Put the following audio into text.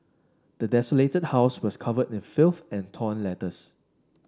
the desolated house was covered in filth and torn letters